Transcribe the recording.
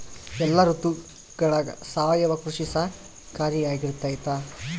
ಎಲ್ಲ ಋತುಗಳಗ ಸಾವಯವ ಕೃಷಿ ಸಹಕಾರಿಯಾಗಿರ್ತೈತಾ?